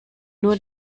nur